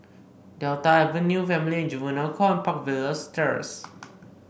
Delta Avenue Family and Juvenile Court and Park Villas Terrace